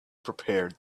prepared